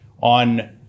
on